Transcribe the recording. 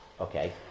Okay